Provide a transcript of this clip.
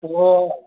تو